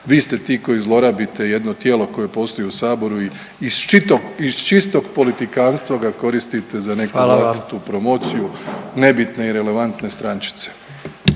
Vi ste ti koji zlorabite jedno tijelo koje postoji u Saboru i iz čistog politikantstva ga koristite za nekakvu vlastitu .../Upadica: Hvala vam./... promociju nebitne i relevantne strančice.